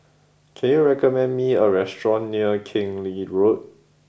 can you recommend me a restaurant near Keng Lee Road